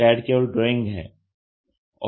CAD केवल drawing है